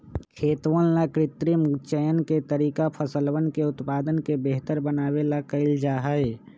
खेतवन ला कृत्रिम चयन के तरीका फसलवन के उत्पादन के बेहतर बनावे ला कइल जाहई